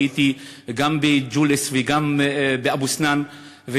והייתי גם בג'וליס וגם באבו-סנאן,